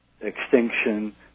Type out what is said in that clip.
extinction